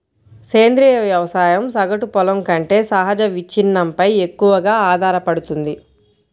సేంద్రీయ వ్యవసాయం సగటు పొలం కంటే సహజ విచ్ఛిన్నంపై ఎక్కువగా ఆధారపడుతుంది